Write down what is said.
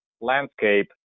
landscape